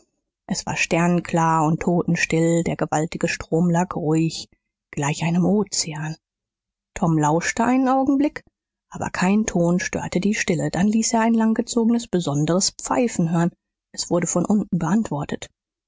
es war sternklar und totenstill der gewaltige strom lag ruhig gleich einem ozean tom lauschte einen augenblick aber kein ton störte die stille dann ließ er ein langgezogenes besonderes pfeifen hören es wurde von unten beantwortet